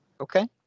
okay